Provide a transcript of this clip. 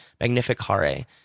Magnificare